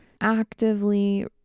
actively